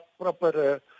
proper